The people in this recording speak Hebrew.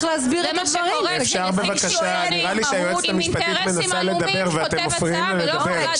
זה מה שקורה כשנציג קהלת עם אינטרסים עלומים כותב הצעה ולא הוועדה.